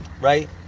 right